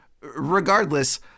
Regardless